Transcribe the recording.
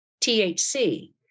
THC